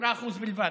10% בלבד.